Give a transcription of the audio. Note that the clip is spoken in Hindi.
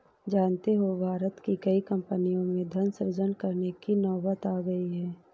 जानते हो भारत की कई कम्पनियों में धन सृजन करने की नौबत आ गई है